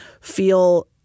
feel